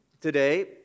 today